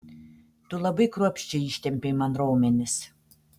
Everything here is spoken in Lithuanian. tu labai kruopščiai ištempei man raumenis